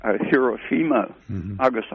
Hiroshima-Nagasaki